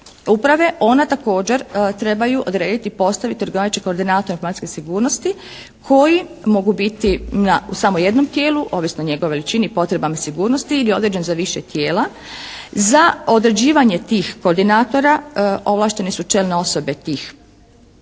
uprave, ona također trebaju odrediti i postaviti odgovarajuće koordinatore informacijske sigurnosti koji mogu biti u samo jednom tijelu, ovisno o njegovoj veličini, potrebama i sigurnosti ili određen za više tijela. Za određivanje tih koordinatora ovlaštene su čelne osobe tih